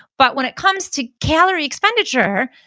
but when it comes to calorie expenditure,